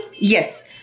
Yes